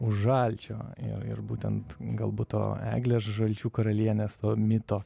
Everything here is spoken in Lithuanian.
už žalčio jo ir būtent galbūt o eglės žalčių karalienės mito